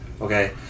okay